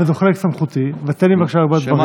וזה חלק מסמכותי, ותן לי בבקשה לומר דברים.